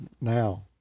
now